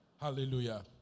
Hallelujah